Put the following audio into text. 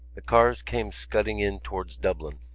the cars came scudding in towards dublin,